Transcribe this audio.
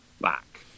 back